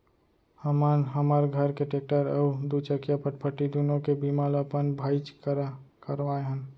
हमन हमर घर के टेक्टर अउ दूचकिया फटफटी दुनों के बीमा ल अपन भाईच करा करवाए हन